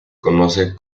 conoce